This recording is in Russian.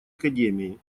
академии